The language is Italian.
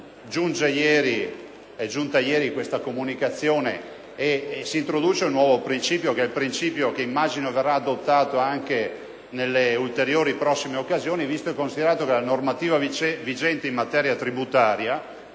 giunta ieri la comunicazione con cui si introduce un nuovo principio, che immagino verrà adottato anche nelle prossime occasioni, visto e considerato che la normativa vigente in materia tributaria